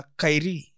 kairi